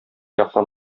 яктан